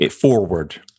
forward